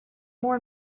more